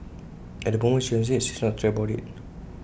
at the moment she enjoys IT she's not stressed about IT